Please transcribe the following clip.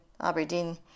Aberdeen